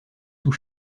sous